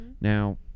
now